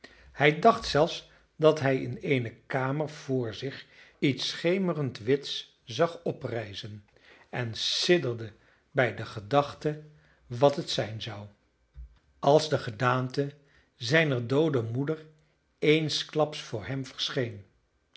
hij dacht zelfs dat hij in eene kamer voor zich iets schemerend wits zag oprijzen en sidderde bij de gedachte wat het zijn zou als de gedaante zijner doode moeder eensklaps voor hem verscheen